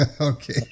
Okay